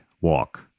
walk